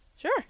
sure